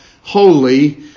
holy